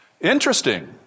Interesting